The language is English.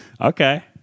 Okay